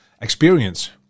experience